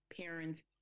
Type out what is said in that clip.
parents